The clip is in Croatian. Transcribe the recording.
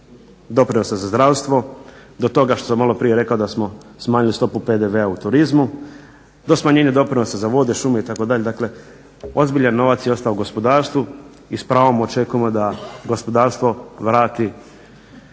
doprinosa za zdravstvo, do toga što sam maloprije rekao da smo smanjili stopu PDV-a u turizmu, do smanjenja doprinosa za vode, šume itd. Dakle ozbiljan novac je ostao u gospodarstvu i s pravom očekujemo da gospodarstvo vrati